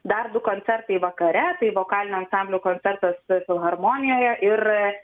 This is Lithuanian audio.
dar du koncertai vakare tai vokalinio ansamblio koncertas filharmonijoje ir